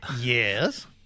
Yes